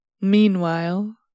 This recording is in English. Meanwhile